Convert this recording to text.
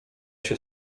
się